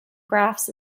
graphs